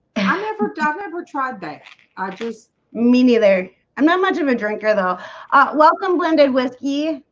i never dive never tried back. i just me neither i'm not much of a drinker though welcome blended whiskey.